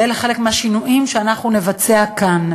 ואלה חלק מהשינויים שאנחנו נבצע כאן,